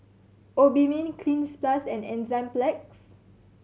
Obimin Cleanz Plus and Enzyplex